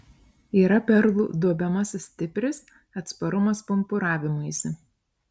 yra perlų duobiamasis stipris atsparumas pumpuravimuisi